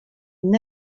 une